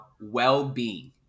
well-being